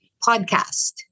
podcast